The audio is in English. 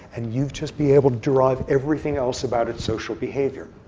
and you'd just be able to derive everything else about its social behavior.